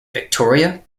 victoria